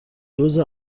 دُز